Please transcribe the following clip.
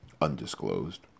Undisclosed